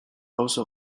auzo